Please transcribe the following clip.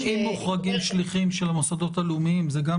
אם מוחרגים שליחים של המוסדות הלאומיים זה גם